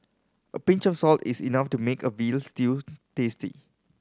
a pinch of salt is enough to make a veal stew tasty